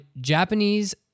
Japanese